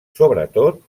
sobretot